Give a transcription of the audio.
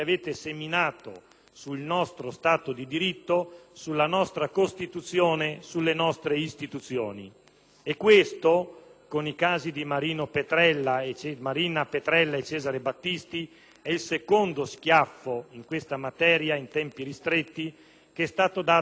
sul nostro Stato di diritto, sulla nostra Costituzione, sulle nostre istituzioni. E questo, con i casi di Marina Petrella e di Cesare Battisti, è il secondo schiaffo, in questa materia e in tempi ristretti, che è stato dato al nostro Paese: